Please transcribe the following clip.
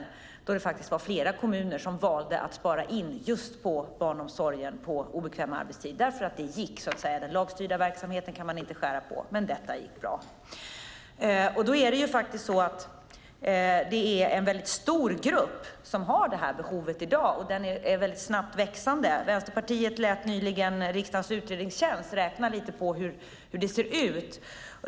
Då var det faktiskt flera kommuner som valde att spara in just på barnomsorgen på obekväm arbetstid, därför att det gick att göra det. Den lagstyrda verksamheten kunde man inte skära ned på, men detta gick bra. Det är en väldigt stor grupp som har det här behovet i dag, och den är snabbt växande. Vänsterpartiet lät nyligen riksdagens utredningstjänst räkna lite på hur det ser ut.